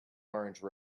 orange